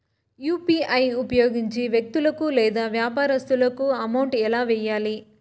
UPI ఉపయోగించి వ్యక్తులకు లేదా వ్యాపారస్తులకు అమౌంట్ ఎలా వెయ్యాలి